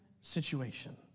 situation